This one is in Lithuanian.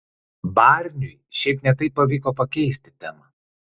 barniui šiaip ne taip pavyko pakeisti temą